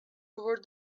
over